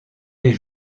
les